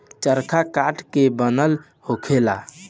चरखा काठ के बनल होखेला